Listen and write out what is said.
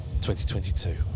2022